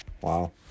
Wow